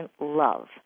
love